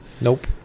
Nope